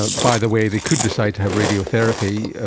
ah by the way, they could decide to have radiotherapy,